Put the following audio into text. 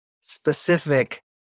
specific